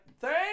Thank